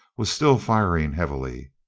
was still firing heavily.